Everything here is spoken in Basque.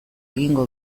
egingo